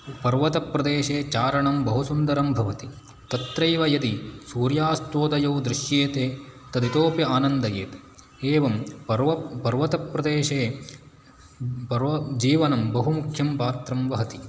पर्वतप्रदेशे चारणं बहुसुन्दरं भवति तत्रैव यदि सूर्यास्तोदयौ दृश्येते तदितोप्यानन्दयेत् एवं पर्व् पर्वतप्रदेशे पर्व जीवनं बहु मुख्यं पात्रं वहति